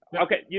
Okay